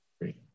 Great